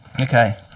Okay